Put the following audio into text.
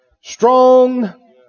strong